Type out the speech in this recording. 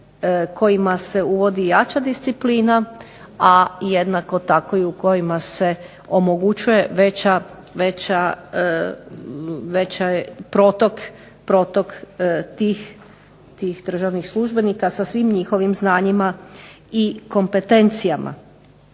kojima se uvodi jača disciplina, a jednako tako i u kojima se omogućuje veći protok tih državnih službenika sa svim njihovim znanjima i kompetencijama.